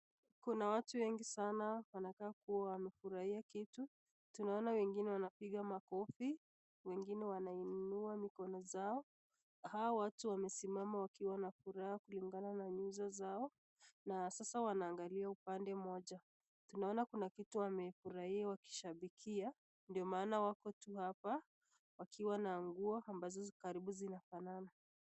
Kuna watu wengi sana wanakaa kuwa wamefurahia kitu, tunaona wengine wanapiga makofi wengine wanainua mikono zao, hawa watu wamesimama wakiwa na furaha kulingana na nyuso zao na sasa wanaangalia upande moja, tunaona kuna kitu wamefurahia wakishabikia ndo maana wako tu hapa wakiwa na nguo ambazo karibu zinafanana.